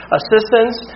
assistance